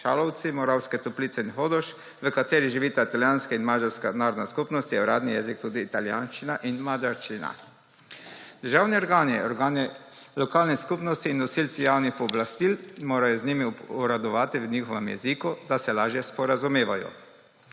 Moravske Toplice in Hodoš, v katerih živita italijanska in madžarska narodna skupnost, je uradni jezik tudi italijanščina in madžarščina. Državni organi, organi lokalnih skupnosti in nosilci javnih pooblastil morajo z njimi uradovati v njihovem jeziku, da se lažje sporazumevajo.